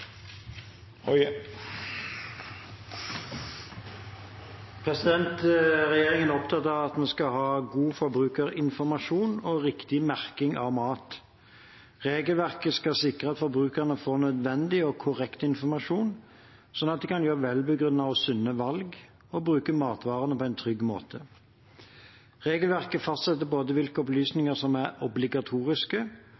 Regjeringen er opptatt av at vi skal ha god forbrukerinformasjon og riktig merking av mat. Regelverket skal sikre at forbrukerne får nødvendig og korrekt informasjon, sånn at de kan gjøre velbegrunnede og sunne valg og bruke matvarene på en trygg måte. Regelverket fastsetter både hvilke